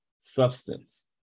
substance